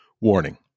Warning